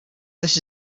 this